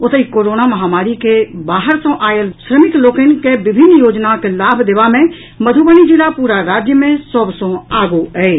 ओतहि कोरोना महामारी मे बाहर सँ आयल श्रमिक लोकनि के विभिन्न योजनाक लभा देबा मे मध्रबनी जिला पूरा राज्य मे सभ सँ आगू अछि